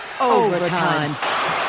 Overtime